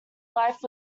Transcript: life